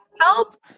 help